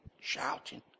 shouting